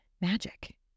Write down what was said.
magic